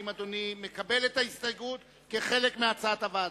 האם אדוני מקבל את ההסתייגות כחלק מהצעת הוועדה?